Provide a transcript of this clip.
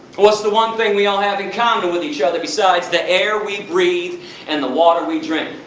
what's the one thing we all have in common with each other besides the air we breathe and the water we drink?